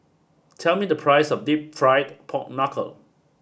tell me the price of Deep Fried Pork Knuckle